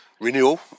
Renewal